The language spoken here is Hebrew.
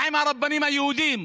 מה עם הרבנים היהודים?